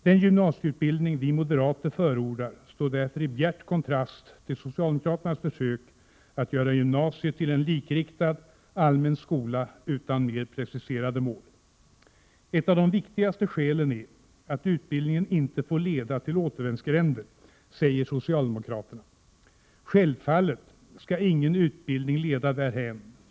Den gymnasieutbildning vi moderater förordar står därför i bjärt kontrast till socialdemokraternas försök att göra gymnasiet till en likriktad, allmän skola utan mer preciserade mål. Ett av de viktigaste skälen socialdemokraterna anför för denna inriktning av gymnasieskolan är att utbildningen inte får leda till återvändsgränder. Självfallet skall ingen utbildning leda därhän.